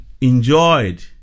Enjoyed